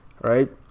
right